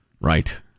Right